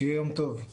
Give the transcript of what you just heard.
שיהיה יום טוב.